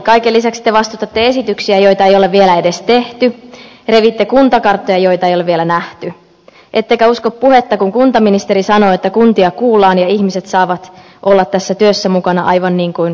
kaiken lisäksi te vastustatte esityksiä joita ei ole vielä edes tehty revitte kuntakarttoja joita ei ole vielä nähty ettekä usko puhetta kun kuntaministeri sanoo että kuntia kuullaan ja ihmiset saavat olla tässä työssä mukana aivan niin kuin kuuluukin